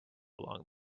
along